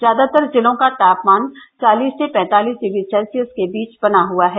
ज्यादातर जिलों का तापमान चालिस से पैंतॉलिस डिग्री सेल्सियस के बीच बना हुआ है